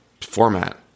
format